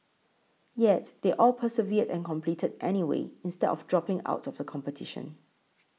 yet they all persevered and competed anyway instead of dropping out of the competition